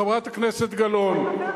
חברת הכנסת גלאון,